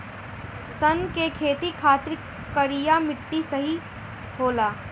सन के खेती खातिर करिया मिट्टी सही होला